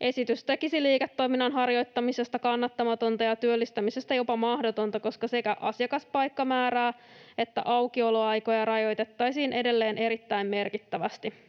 Esitys tekisi liiketoiminnan harjoittamisesta kannattamatonta ja työllistämisestä jopa mahdotonta, koska sekä asiakaspaikkamäärää että aukioloaikoja rajoitettaisiin edelleen erittäin merkittävästi.